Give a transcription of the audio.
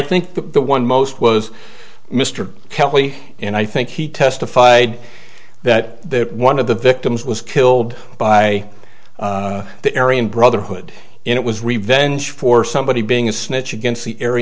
think the one most was mr kelly and i think he testified that the one of the victims was killed by the area brotherhood it was revenge for somebody being a snitch against the ar